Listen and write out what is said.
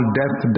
death